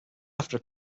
after